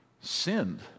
sinned